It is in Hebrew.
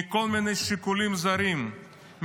מכל מיני שיקולים זרים,